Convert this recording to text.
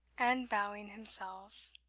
and bowing himself